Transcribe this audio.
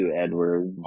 Edward